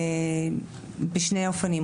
בשני אופנים.